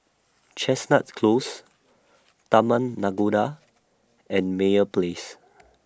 Chestnut Close Taman Nakhoda and Meyer Place